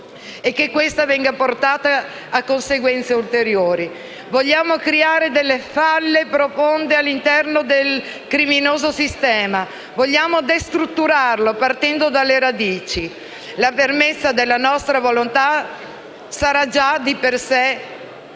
delittuosa sia portata a conseguenze ulteriori». Vogliamo creare delle falle profonde all'interno del criminoso sistema, vogliamo destrutturarlo partendo dalle radici. La fermezza della nostra volontà sarà già di per sé un